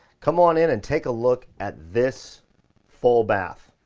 come on in and take a look at this full bath.